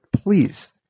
Please